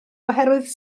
oherwydd